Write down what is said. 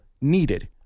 needed